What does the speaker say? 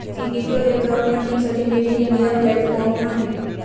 कीटो हे क्राउडफंडिंगसाठी made in India platform आहे